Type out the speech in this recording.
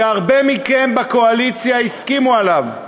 שהרבה מכם בקואליציה הסכימו עליו: